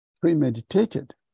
premeditated